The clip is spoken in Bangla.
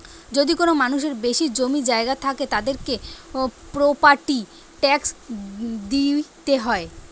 যদি কোনো মানুষের বেশি জমি জায়গা থাকে, তাদেরকে প্রপার্টি ট্যাক্স দিইতে হয়